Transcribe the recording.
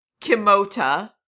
Kimota